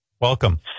Welcome